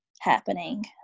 happening